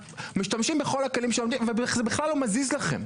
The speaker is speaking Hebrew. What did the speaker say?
משתמשים בכל הכלים וזה בכלל לא מזיז לכם.